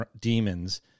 demons